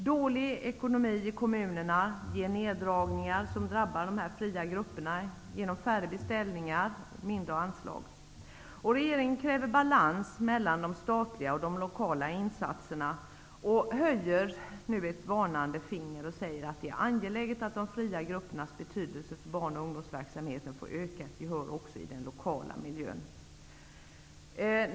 Dålig ekonomi i kommunerna ger neddragningar som drabbar dessa fria grupper genom färre beställningar och mindre anslag. Regeringen kräver balans mellan de statliga och lokala insatserna och höjer nu ett varnande finger genom att säga att det är angeläget att de fria gruppernas betydelse för barn och ungdomsverksamheten får ökat gehör också i den lokala miljön.